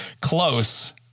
close